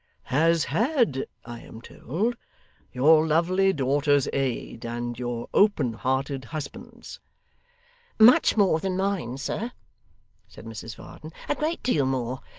has had, i am told, your lovely daughter's aid, and your open-hearted husband's much more than mine, sir said mrs varden a great deal more.